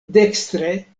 dekstre